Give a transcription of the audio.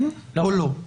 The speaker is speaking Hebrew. כן או לא?